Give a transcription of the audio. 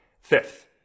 Fifth